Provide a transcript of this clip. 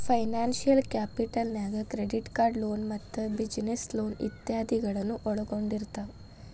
financial capital ನ್ಯಾಗ್ credit card loan ಮತ್ತ business loan ಇತಾದಿಗಳನ್ನ ಒಳ್ಗೊಂಡಿರ್ತಾವ